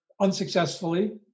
unsuccessfully